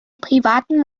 privaten